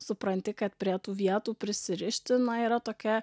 supranti kad prie tų vietų prisirišti na yra tokia